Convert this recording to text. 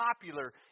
popular